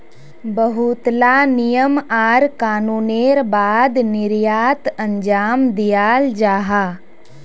बहुत ला नियम आर कानूनेर बाद निर्यात अंजाम दियाल जाहा